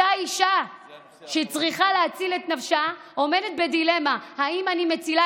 אותה אישה שצריכה להציל את נפשה עומדת בדילמה: האם אני מצילה